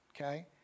okay